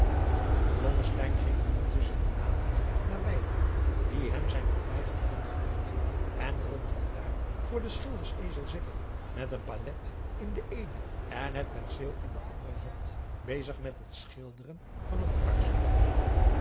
ging ondertusschen dien avond naar weyerman die hem zijn verblijf had aangeduid en vond hem daar voor den schilders ezel zitten met het palet in de eene en het penseel in de andere hand bezig met het schilderen van een